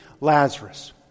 Lazarus